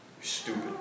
stupid